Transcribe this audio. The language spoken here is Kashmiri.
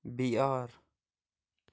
بِیٲر